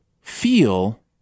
feel